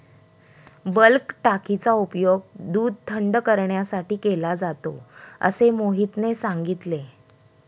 bulk टाकीचा उपयोग दूध थंड करण्यासाठी केला जातो असे मोहितने सांगितले